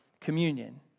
communion